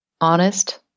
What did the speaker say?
honest